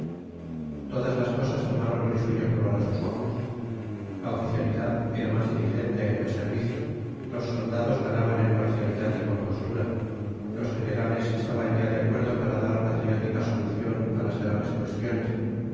todas las cosas tomaron risueño color a sus ojos la oficialidad era más diligente en el servicio los soldados ganaban en marcialidad y compostura los generales estaban ya de acuerdo para dar patriótica solución a las graves cuestiones